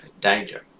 danger